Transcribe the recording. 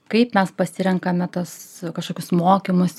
kaip mes pasirenkame tas kažkokius mokymus